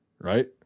right